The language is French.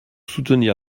soutenir